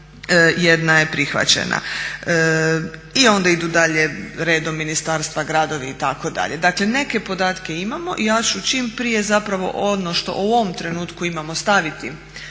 jedna je prihvaćena. I onda idu dalje redom ministarstva, gradovi itd. Dakle, neke podatke imamo i ja ću čim prije zapravo ono što u ovom trenutku imamo staviti